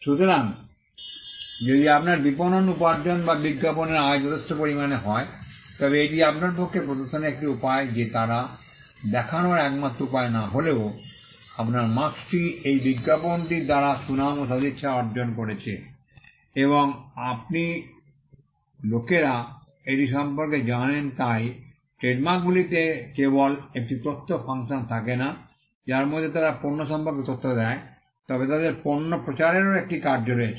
সুতরাং যদি আপনার বিপণন উপার্জন বা বিজ্ঞাপনের আয় যথেষ্ট পরিমাণে হয় তবে এটি আপনার পক্ষে প্রদর্শনের একটি উপায় যে তারা দেখানোর একমাত্র উপায় না হলেও আপনার মার্ক্স্ টি এই বিজ্ঞাপনটির দ্বারা সুনাম ও সদিচ্ছা অর্জন করেছে এবং আপনি লোকেরা এটি সম্পর্কে জানে তাই ট্রেডমার্কগুলিতে কেবল একটি তথ্য ফাংশন থাকে না যার মধ্যে তারা পণ্য সম্পর্কে তথ্য দেয় তবে তাদের পণ্য প্রচারেরও একটি কার্য রয়েছে